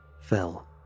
fell